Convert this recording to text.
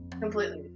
Completely